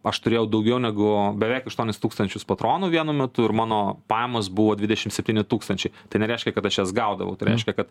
aš turėjau daugiau negu beveik aštuonis tūkstančius patronų vienu metu ir mano pajamos buvo dvidešim septyni tūkstančiai tai nereiškia kad aš jas gaudavau tai reiškia kad